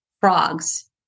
frogs